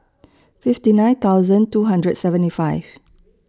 fifty nine thousand two hundred seventy five